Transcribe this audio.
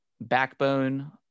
Backbone